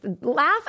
Laugh